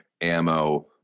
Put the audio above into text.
ammo